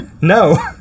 no